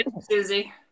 Susie